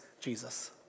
Jesus